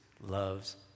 loves